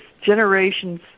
generations